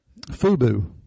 FUBU